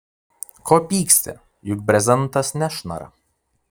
ko pyksti juk brezentas nešnara